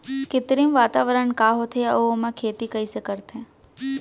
कृत्रिम वातावरण का होथे, अऊ ओमा खेती कइसे करथे?